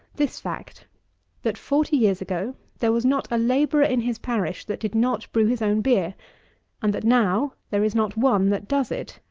this fact that, forty years ago, there was not a labourer in his parish that did not brew his own beer and that now there is not one that does it,